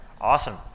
Awesome